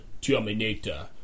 Terminator